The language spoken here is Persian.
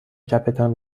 چپتان